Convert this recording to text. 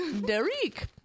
Derek